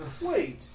Wait